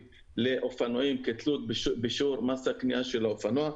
לאופנועים כתלות בשיעור מס הקנייה של האופנוע.